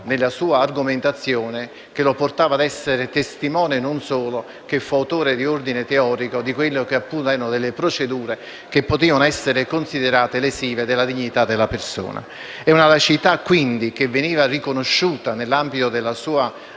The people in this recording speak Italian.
nella sua argomentazione che lo portava ad essere testimone e non solo fautore di ordine teorico di procedure che potevano essere considerate lesive della dignità della persona. È una laicità, quindi, che veniva riconosciuta nell'ambito della sua attività